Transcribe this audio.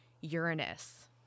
Uranus